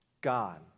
God